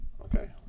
Okay